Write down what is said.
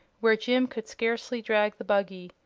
where jim could scarcely drag the buggy.